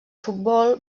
futbol